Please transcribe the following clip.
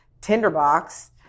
Tinderbox